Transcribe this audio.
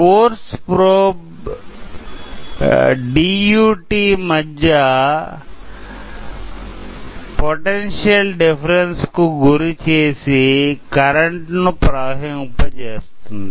force probe DUT మధ్య potential difference కు గురు చేసి కరెంటు ను ప్రవహింపచేస్తుంది